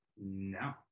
No